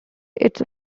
its